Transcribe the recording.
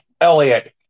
Elliot